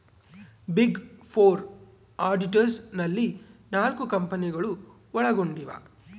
big four auditors ನಲ್ಲಿ ನಾಲ್ಕು ಕಂಪನಿಗಳು ಒಳಗೊಂಡಿವ